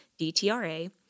DTRA